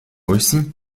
aussi